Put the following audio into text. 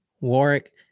Warwick